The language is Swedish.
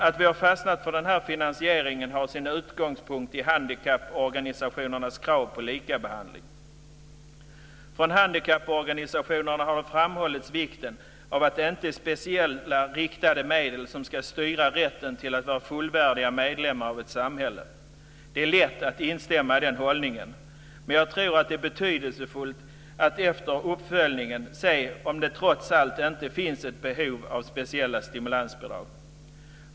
Att vi har fastnat för den här finansieringen har sin utgångspunkt i handikapporganisationernas krav på likabehandling. Från handikapporganisationerna har man framhållit vikten av det inte är speciellt riktade medel som ska styra rätten till att vara fullvärdiga medlemmar av ett samhälle. Det är lätt att instämma i den hållningen, men jag tror att det är betydelsefullt att efter uppföljningen se om det trots allt inte finns ett behov av speciella stimulansbidrag.